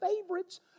favorites